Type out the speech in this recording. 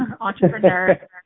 Entrepreneur